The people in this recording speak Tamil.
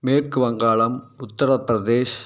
மேற்கு வங்காளம் உத்திரப்பிரதேஷ்